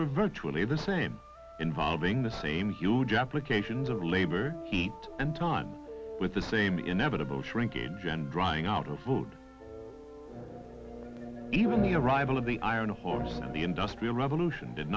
were virtually the same involving the same huge applications of labor heat and time with the same inevitable shrinkage and drying out a vote even the arrival of the iron horse the industrial revolution did